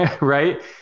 right